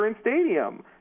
stadium